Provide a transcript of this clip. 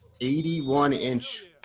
81-inch